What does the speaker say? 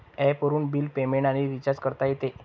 ॲपवरून bill payment आणि recharge करता येते